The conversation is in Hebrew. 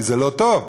זה לא טוב,